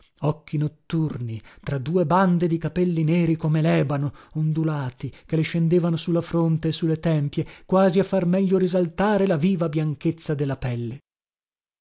occhi notturni tra due bande di capelli neri come lebano ondulati che le scendevano su la fronte e su le tempie quasi a far meglio risaltare la viva bianchezza de la pelle